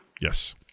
Yes